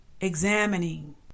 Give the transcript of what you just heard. examining